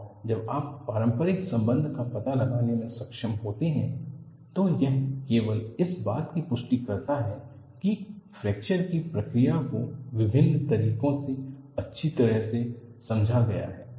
और जब आप पारस्परिक संबंध का पता लगाने में सक्षम होते हैं तो यह केवल इस बात की पुष्ट करता है कि फ्रैक्चर की प्रक्रिया को विभिन्न तरीकों से अच्छी तरह से समझा गया है